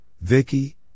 Vicky